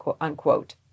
unquote